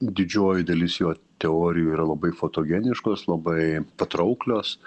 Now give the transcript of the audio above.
didžioji dalis jo teorijų yra labai fotogeniškos labai patrauklios